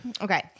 Okay